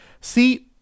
See